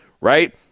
right